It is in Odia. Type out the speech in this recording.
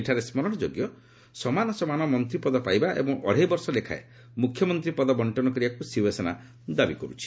ଏଠାରେ ସ୍କରଣ ଯୋଗ୍ୟ ସମାନ ସମାନ ମନ୍ତ୍ରୀପଦ ପାଇବା ଏବଂ ଅଢେଇ ବର୍ଷ ଲେଖାଏଁ ମୁଖ୍ୟମନ୍ତ୍ରୀ ପଦ ବର୍ଷ୍ଣନ କରିବାକୁ ଶିବସେନା ଦାବି କରୁଛି